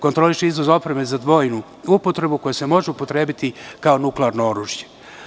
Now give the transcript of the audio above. Kontroliše i izvoz opreme za dvojnu upotrebu, koja se može upotrebiti kao nuklearno oružje.